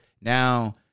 now